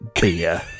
beer